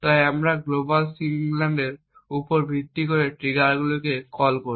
তাই আমরা গ্লোবাল সিগন্যালের উপর ভিত্তি করে ট্রিগারকে কল করি